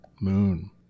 moon